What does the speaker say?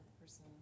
person